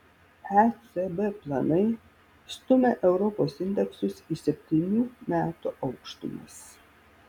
ecb planai stumia europos indeksus į septynių metų aukštumas